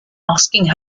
asking